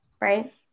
right